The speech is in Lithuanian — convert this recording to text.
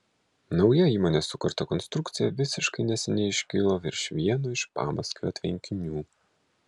nauja įmonės sukurta konstrukcija visiškai neseniai iškilo virš vieno iš pamaskvio tvenkinių